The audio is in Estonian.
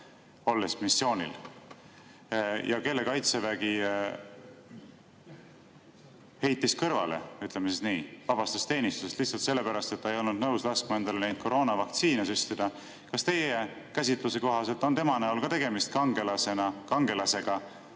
olles missioonil, ja kelle Kaitsevägi heitis kõrvale või ütleme siis nii, vabastas teenistusest lihtsalt sellepärast, et ta ei olnud nõus laskma endale koroonavaktsiini süstida, kas teie käsitluse kohaselt on tema näol ka tegemist kangelasega?